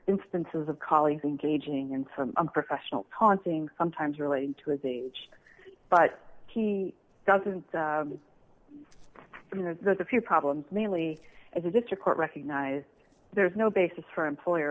instances of colleagues and gauging and some professional taunting sometimes relating to his age but he doesn't there's a few problems mainly as a district court recognized there's no basis for employer